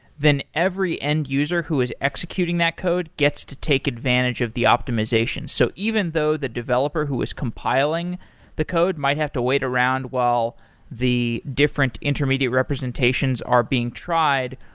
then every end user who is executing that code gets to take advantage of the optimization. so even though the developer who is compiling the code might have to wait around while the different intermediate representations are being tried.